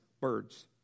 birds